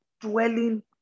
dwelling